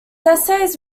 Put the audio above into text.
essays